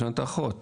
יש לנו אחויות,